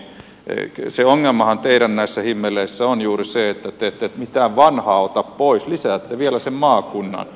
se ongelma teidän näissä himmeleissä on juuri se että te ette mitään vanhaa ota pois lisäätte vielä sen maakunnan